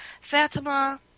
Fatima